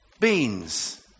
Beans